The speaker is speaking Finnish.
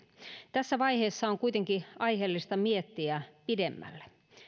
tässä vaiheessa on kuitenkin aiheellista miettiä pidemmälle